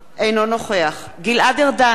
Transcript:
אינו נוכח גלעד ארדן,